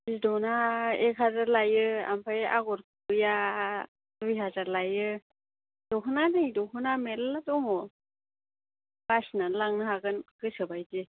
बिदिनो एकहाजार लायो ओमफ्राय आगर गुबैया दुइहाजार लायो दख'ना नायै दख'ना मेरला दङ बासिनानै लांनो हागोन गोसोबायदि